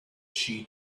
she